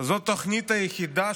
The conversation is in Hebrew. זו לא שחיתות.